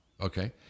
Okay